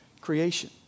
creation